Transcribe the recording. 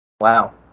Wow